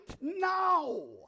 now